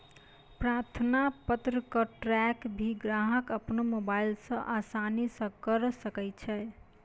प्रार्थना पत्र क ट्रैक भी ग्राहक अपनो मोबाइल स आसानी स करअ सकै छै